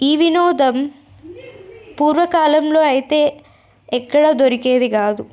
ఈ వినోదం పూర్వకాలంలో అయితే ఎక్కడ దొరికేది కాదు